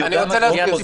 הוא יושב בדירקטוריון,